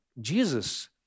Jesus